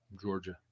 Georgia